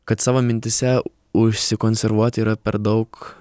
kad savo mintyse užsikonservuoti yra per daug